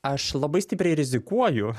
aš labai stipriai rizikuoju